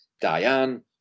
Diane